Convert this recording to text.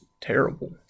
terrible